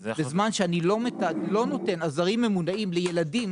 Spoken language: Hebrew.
בזמן שאני לא נותן עזרים ממונעים לילדים